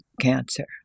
cancer